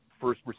first